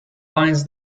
binds